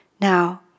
Now